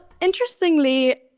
interestingly